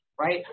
right